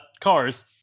Cars